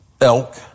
elk